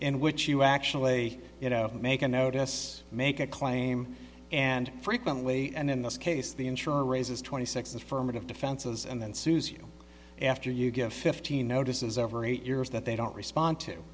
in which you actually you know make a notice make a claim and frequently and in this case the insurer raises twenty six affirmative defenses and then sues you after you get fifteen notices over eight years that they don't respond